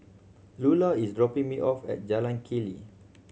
Lula is dropping me off at Jalan Keli